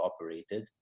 operated